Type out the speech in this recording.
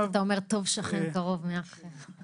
אתה אומר המשפט, טוב שכן קרוב מאח רחוק.